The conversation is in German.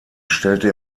stellte